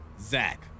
Zach